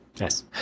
Yes